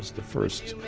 the first